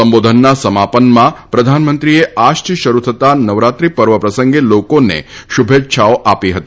સંબોધનના સમાપનમાં પ્રધાનમંત્રી આજથી શરૃ થતા નવરાત્રી પર્વ પ્રસંગ લોકોન શુભા છાઓ આપી હતી